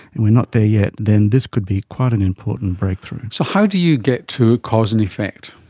and we are not there yet, then this could be quite an important breakthrough. so how do you get to cause-and-effect?